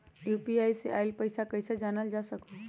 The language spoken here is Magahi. यू.पी.आई से आईल पैसा कईसे जानल जा सकहु?